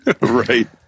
Right